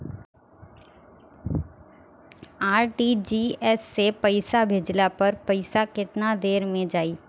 RTGS से पईसा भेजला पर पईसा केतना देर म जाई?